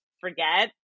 forget